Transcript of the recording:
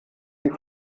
die